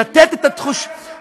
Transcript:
לתת את התחושה,